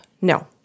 No